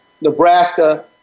Nebraska